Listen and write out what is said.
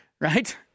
right